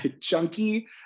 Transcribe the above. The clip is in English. chunky